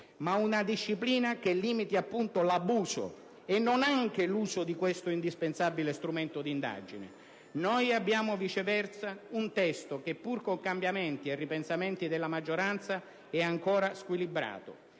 Ma una disciplina che limiti appunto l'abuso e non anche l'uso di questo indispensabile strumento d'indagine. Noi abbiamo viceversa un testo che, pur con cambiamenti e ripensamenti della maggioranza, è ancora squilibrato.